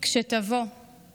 // כשתבוא /